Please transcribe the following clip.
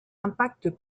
impact